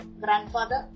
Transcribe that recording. grandfather